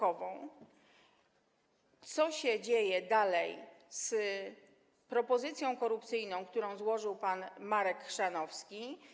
Co się dzieje dalej z propozycją korupcyjną, którą złożył pan Marek Chrzanowski?